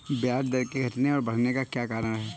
ब्याज दर के घटने और बढ़ने के क्या कारण हैं?